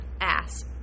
ass